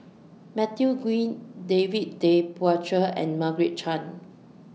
Matthew Ngui David Tay Poey Cher and Margaret Chan